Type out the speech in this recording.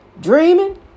dreaming